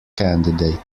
candidate